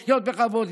לחיות בכבוד,